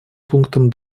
пунктам